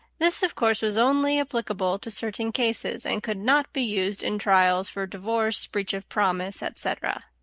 this, of course, was only applicable to certain cases, and could not be used in trials for divorce, breach of promise, etc.